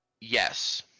Yes